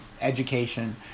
education